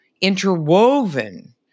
interwoven